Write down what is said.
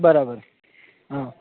બરાબર હા